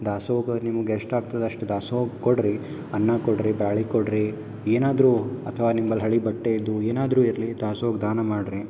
ದಾಸೋಹ ನಿಮಗೆ ಎಷ್ಟು ಆಗ್ತದ ಅಷ್ಟು ದಾಸೋಹಕ್ಕೆ ಕೊಡ್ರಿ ಅನ್ನ ಕೊಡ್ರಿ ಬ್ಯಾಳಿ ಕೊಡ್ರಿ ಏನಾದರು ಅಥವಾ ನಿಮ್ಮಲ್ಲಿ ಹಳೆ ಬಟ್ಟೆ ಇದ್ದು ಏನಾದರು ಇರಲಿ ದಾಸೋಹಕ್ಕೆ ದಾನ ಮಾಡ್ರಿ